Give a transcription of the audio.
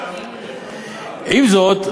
עם זאת,